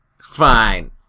Fine